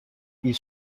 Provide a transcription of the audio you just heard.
ils